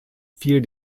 fiel